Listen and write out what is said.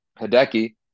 Hideki